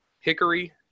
hickory